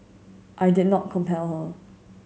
I did not compel her